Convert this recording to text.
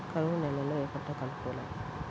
కరువు నేలలో ఏ పంటకు అనుకూలం?